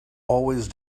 always